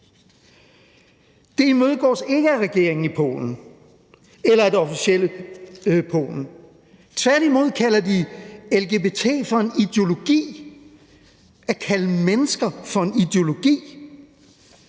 Det imødegås ikke af regeringen i Polen eller af det officielle Polen. Tværtimod kalder de lgbt for en ideologi. De kalder mennesker for en ideologi!